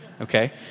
Okay